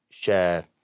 share